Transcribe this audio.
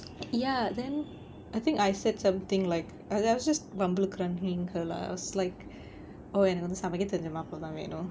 ya then I think I said something like I was just வம்பு இழுக்குறீங்கள:vambu illukureengala I was like oh எனக்கு வந்து சமைக்க தெரிஞ்ச மாப்புள தான் வேணும்:enakku vanthu samaikka therinja maappula thaan venum